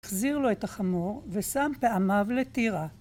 החזיר לו את החמור ושם פעמיו לטירה.